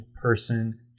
person